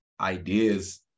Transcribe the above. ideas